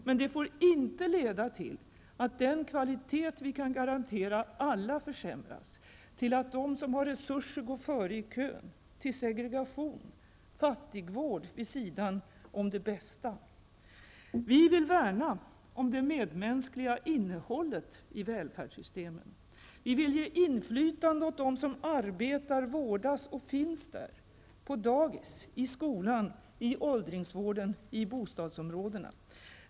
Men det får inte leda till att den kvalitet vi kan garantera alla försämras, till att de som har resurser går före i kön, till segregation -- fattigvård vid sidan om den bästa vården. Vi vill värna om det medmänskliga innehållet i välfärdssystemen. Vi vill ge inflytande åt dem som arbetar, vårdas och finns i systemen -- på dagis, i skolan, i åldringsvården, i bostadsområdena.